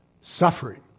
Suffering